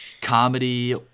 comedy